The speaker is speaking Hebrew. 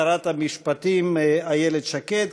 שרת המשפטים איילת שקד.